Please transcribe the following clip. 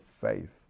faith